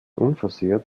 unversehrt